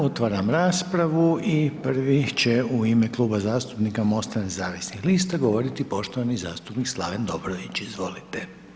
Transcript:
Otvaram raspravu i prvi će u ime Kluba zastupnika MOST-a nezavisnih lista govoriti poštovani zastupnik Slaven Dobrović, izvolite.